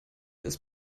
ist